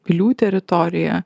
pilių teritoriją